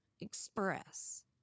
express